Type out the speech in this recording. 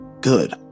Good